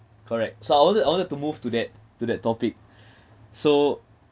correct so I want to I want to move to that to that topic so